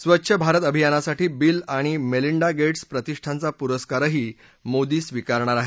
स्वच्छ भारत अभियानासाठी बिल आणि मेलिंडा गेट्स प्रतिष्ठानचा पुरस्कारही मोदी स्वीकारणार आहेत